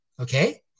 okay